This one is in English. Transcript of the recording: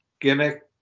gimmick